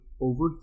over